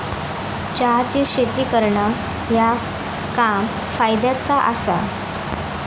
चहाची शेती करणा ह्या काम फायद्याचा आसा